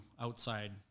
outside